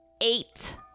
eight